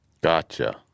Gotcha